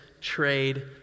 trade